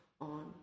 on